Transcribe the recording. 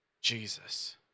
Jesus